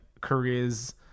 careers